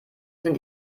sind